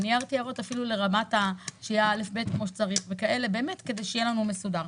ואני הערתי הערות אפילו ברמה של הסדר בנתונים כדי שיהיה לנו מסודר.